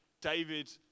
David